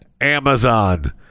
Amazon